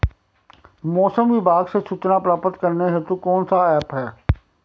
मौसम विभाग से सूचना प्राप्त करने हेतु कौन सा ऐप है?